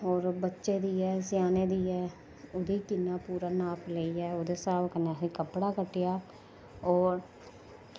होर बच्चें दी ऐ स्यानें दी ऐ उं'दी किन्नी पूरा नाप लेइयै ओह्दे स्हाब कन्नै अ'सें कपड़ा कट्टेआ होर